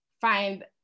find